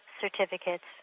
certificates